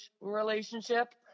relationship